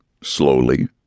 Slowly